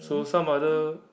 so some other